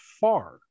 far